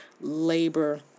labor